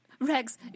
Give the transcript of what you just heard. Rex